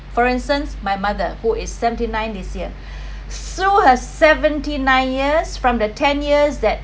for instance my mother who is seventy nine this year through her seventy nine years from the ten years that